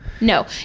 no